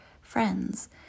friends